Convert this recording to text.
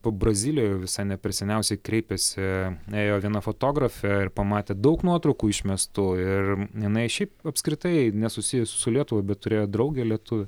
brazilijoje visa ne per seniausiai kreipėsi ėjo viena fotografė ir pamatė daug nuotraukų išmestų ir jinai šiaip apskritai nesusijusi su lietuva bet turėjo draugę lietuvę